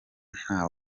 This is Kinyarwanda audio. nta